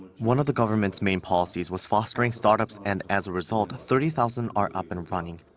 one of the government's main policies was fostering startups and as a result thirty thousand are up and running.